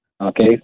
Okay